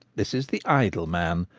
this is the idle man,